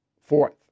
fourth